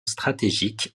stratégique